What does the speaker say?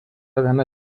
viena